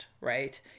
right